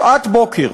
שעת בוקר,